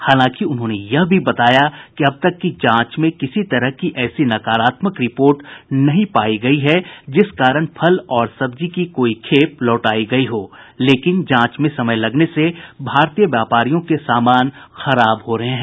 हालांकि उन्होंने यह भी बताया कि अब तक की जांच में किसी तरह की ऐसी नकारात्मक रिपोर्ट नहीं पाई गयी है जिस कारण फल और सब्जी की कोई खेप लौटाई गयी हो लेकिन जांच में समय लगने से भारतीय व्यापारियों के सामान खराब हो रहे हैं